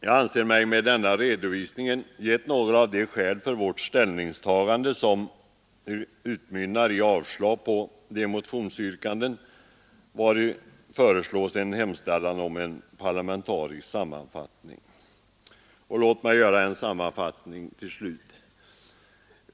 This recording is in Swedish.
Jag anser mig med denna redovisning ha angett några av skälen för vårt ställningstagande, som utmynnar i avslag på de motioner vari yrkas på en hemställan om en parlamentarisk utredning. Låt mig göra en sammanfattning.